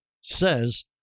says